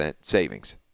savings